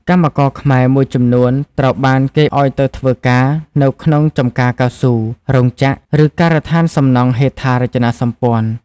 កម្មករខ្មែរ មួយចំនួនត្រូវបានកេណ្ឌឱ្យទៅធ្វើការនៅក្នុងចំការកៅស៊ូ រោងចក្រ ឬការដ្ឋានសំណង់ហេដ្ឋារចនាសម្ព័ន្ធ។